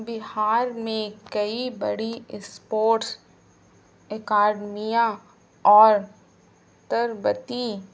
بہار میں کئی بڑی اسپورٹس اکاڈمیاں اور تربتی